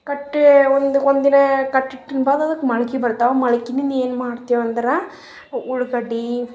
ಕಟ್ಟಿ ಒಂದು ಒಂದು ದಿನ ಕಟ್ಟಿಟಿನ ಬಾದ್ ಅದಕ್ಕೆ ಮೊಳ್ಕೆ ಬರ್ತಾವೆ ಮೊಳ್ಕಿನಿನ ಏನು ಮಾಡ್ತೀವಿ ಅಂದ್ರೆ ಉಳ್ಳಾಗಡ್ಡಿ